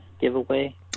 giveaway